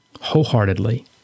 wholeheartedly